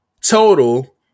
Total